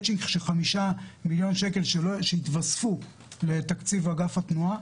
מדובר במטצ'ינג של 5 מיליון שקל שיתווספו לתקציב אגף התנועה.